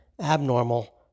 abnormal